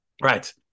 Right